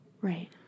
Right